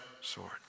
sword